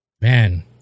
Man